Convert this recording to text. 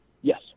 Yes